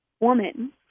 woman